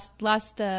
last